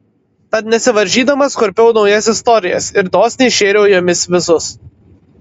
tad nesivaržydamas kurpiau naujas istorijas ir dosniai šėriau jomis visus